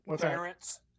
Parents